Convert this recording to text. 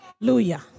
Hallelujah